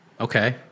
Okay